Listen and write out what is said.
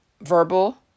verbal